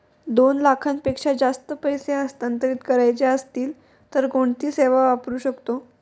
दोन लाखांपेक्षा जास्त पैसे हस्तांतरित करायचे असतील तर कोणती सेवा वापरू शकतो?